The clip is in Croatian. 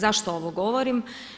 Zašto ovo govorim?